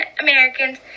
Americans